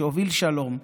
שהוביל שלום,